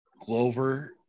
Glover